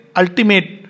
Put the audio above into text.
ultimate